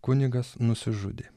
kunigas nusižudė